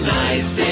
nice